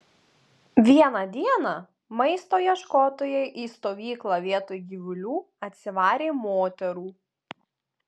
vieną dieną maisto ieškotojai į stovyklą vietoj gyvulių atsivarė moterų